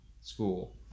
school